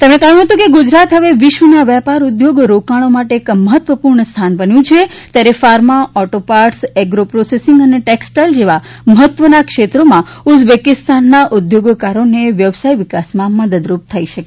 તેમણે ઉમેર્યું કે ગુજરાત હવે વિશ્વના વેપાર ઉદ્યોગો રોકાણો માટે એક મહત્વપૂર્ણ સ્થાન બન્યું છે ત્યારે pharma auto parts agro processing ને ટેક્ષટાઇલ જેવા મહત્વના ક્ષેત્રોમાં ઉઝબેકિસ્તાનના ઉદ્યોગકારોને વ્યવસાય વિકાસમાં મદદરૂપ થઇ શકે